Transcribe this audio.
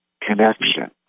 connection